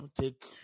take